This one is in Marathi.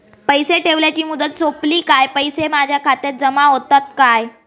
पैसे ठेवल्याची मुदत सोपली काय पैसे माझ्या खात्यात जमा होतात काय?